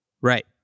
Right